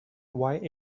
why